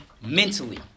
Mentally